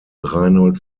reinhold